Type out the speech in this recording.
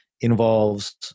involves